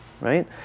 right